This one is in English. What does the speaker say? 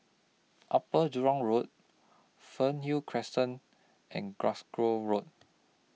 Upper Jurong Road Fernhill Crescent and Glasgow Road